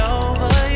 over